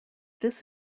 this